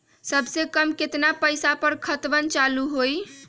सबसे कम केतना पईसा पर खतवन चालु होई?